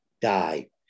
die